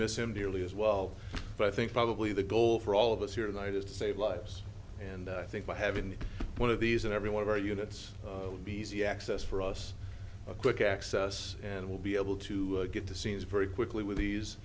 miss him dearly as well but i think probably the goal for all of us here tonight is to save lives and i think by having one of these in every one of our units would be easy access for us a quick access and we'll be able to get to scenes very quickly with these